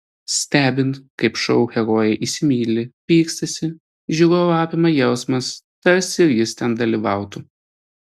stebint kaip šou herojai įsimyli pykstasi žiūrovą apima jausmas tarsi ir jis ten dalyvautų